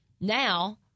Now